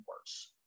worse